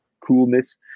coolness